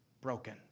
broken